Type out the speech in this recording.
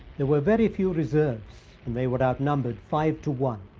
there were very few reserves, and they were outnumbered five to one.